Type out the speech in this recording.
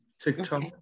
TikTok